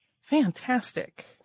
Fantastic